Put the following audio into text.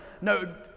No